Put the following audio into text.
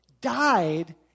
died